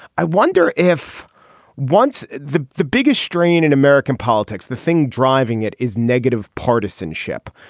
i wonder if once the the biggest strain in american politics the thing driving it is negative partisanship.